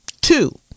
Two